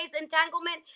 entanglement